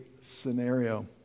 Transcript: scenario